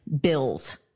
bills